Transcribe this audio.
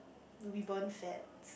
do we burn fats